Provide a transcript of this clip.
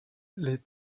les